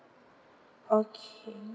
okay